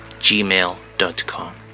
gmail.com